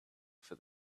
for